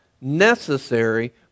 necessary